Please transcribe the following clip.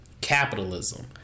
capitalism